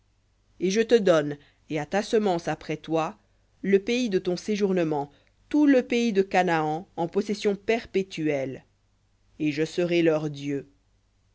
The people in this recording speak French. et je te donne et à ta semence après toi le pays de ton séjournement tout le pays de canaan en possession perpétuelle et je serai leur dieu